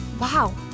Wow